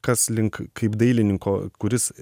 kas link kaip dailininko kuris